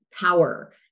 power